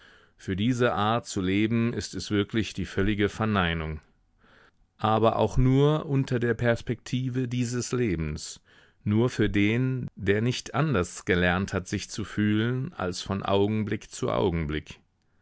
für diese art zu leben ist es wirklich die völlige verneinung aber auch nur unter der perspektive dieses lebens nur für den der nicht anders gelernt hat sich zu fühlen als von augenblick zu augenblick